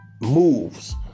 moves